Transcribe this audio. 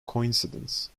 coincidence